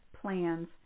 plans